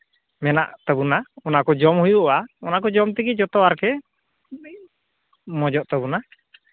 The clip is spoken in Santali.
ᱢᱮᱱᱟᱜ ᱛᱟᱵᱚᱱᱟ ᱚᱱᱟᱠᱚ ᱡᱚᱢ ᱦᱩᱭᱩᱜᱼᱟ ᱚᱱᱟᱠᱚ ᱡᱚᱢ ᱛᱮᱜᱮ ᱡᱚᱛᱚ ᱟᱨᱠᱤ ᱢᱚᱡᱚᱜ ᱛᱟᱵᱚᱱᱟ